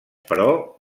però